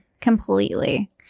completely